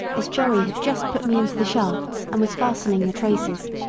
as jerry had just put me into the shafts and was fastening the traces,